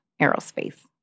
Aerospace